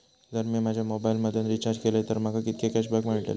जर मी माझ्या मोबाईल मधन रिचार्ज केलय तर माका कितके कॅशबॅक मेळतले?